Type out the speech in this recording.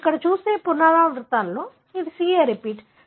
మీరు ఇక్కడ చూసే పునరావృతాలలో ఇది CA రిపీట్